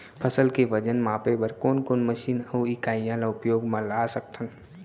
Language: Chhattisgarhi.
फसल के वजन मापे बर कोन कोन मशीन अऊ इकाइयां ला उपयोग मा ला सकथन?